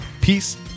peace